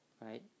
right